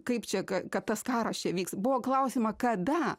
kaip čia kad tas karas čia vyks buvo klausiama kada